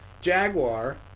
Jaguar